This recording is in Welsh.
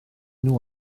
nhw